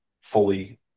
fully